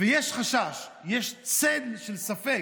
ויש חשש, יש צל של ספק,